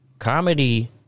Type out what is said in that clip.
comedy